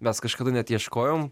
mes kažkada net ieškojom